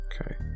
Okay